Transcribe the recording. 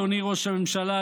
אדוני ראש הממשלה,